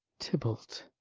tybalt,